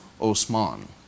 Osman